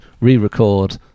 re-record